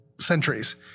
centuries